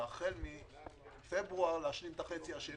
והחל מפברואר להשלים את החצי השני.